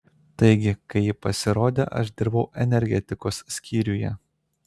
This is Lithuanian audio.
taigi kai ji pasirodė aš dirbau energetikos skyriuje